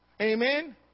Amen